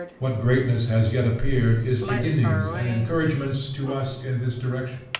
what greatness has yet appeared is beginnings and encouragements to us in this direction.